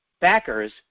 backers